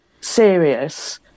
serious